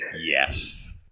yes